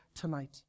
tonight